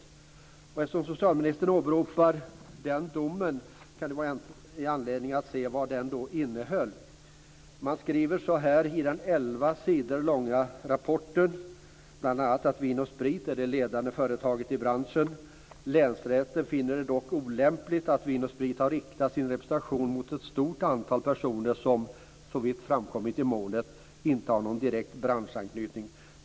Eftersom socialministern åberopar den domen kan det finnas anledning att se vad den innehöll. I den elva sidor långa rapporten skriver man bl.a.: "V & S är det ledande företaget i branschen. - Länsrätten finner det dock olämpligt att V & S har riktat sin representation mot ett stort antal personer som, såvitt framkommit i målet, inte har någon direkt branschanknytning.